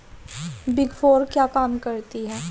Big four क्या काम करती है?